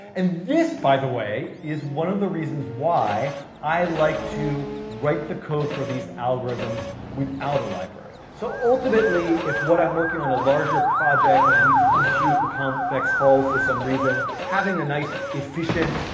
and this, by the way, is one of the reasons why i like to write the code for these algorithms without a library. so ultimately, if, when i'm working on a larger project and i need to compute a complex hull for some reason, having a nice efficient,